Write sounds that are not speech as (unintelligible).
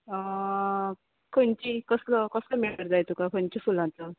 खंयचीं कसलो कोसलो (unintelligible) जाय तुका खंयचें फुलाचो